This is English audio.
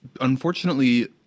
unfortunately